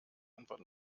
antwort